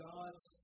God's